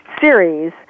series